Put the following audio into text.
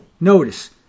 Notice